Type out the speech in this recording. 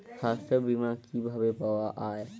সাস্থ্য বিমা কি ভাবে পাওয়া যায়?